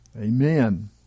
Amen